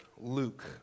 Luke